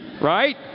right